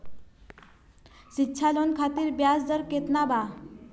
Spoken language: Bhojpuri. शिक्षा लोन खातिर ब्याज दर केतना बा?